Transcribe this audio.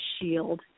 shield